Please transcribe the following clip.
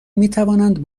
میتوانند